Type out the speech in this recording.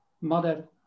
mother